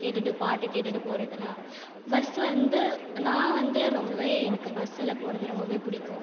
கேட்டுகிட்டு பாட்டு கேட்டுகிட்டு போகிறதுன்னா பஸ் வந்து நான் வந்து ரொம்பவே எனக்கு பஸ்ஸில் போகிறது ரொம்பவே பிடிக்கும்